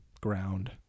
ground